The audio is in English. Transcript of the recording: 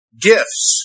Gifts